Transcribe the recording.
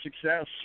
success